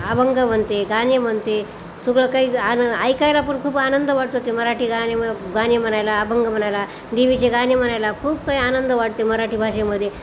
अभंग म्हणते गाणे म्हणते सगळं काही आणि ऐकायला पूण खूप आनंद वाटतो ते मराठी गाणे मग गाणे म्हणायला अभंग म्हणायला देवीचे गाणे म्हणायला खूप काही आनंद वाटते मराठी भाषेमध्ये